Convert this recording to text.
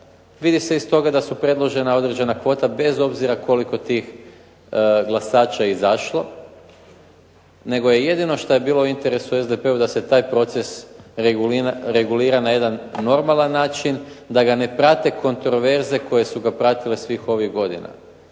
vidi se iz toga da su predložena određena kvota bez obzira koliko tih glasača izašlo, nego je jedino što je bilo u interesu SDP-a da se taj proces regulira na jedan normalan način, da ga ne prate kontroverze koje su ga pratile svih ovih godina.